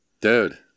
Dude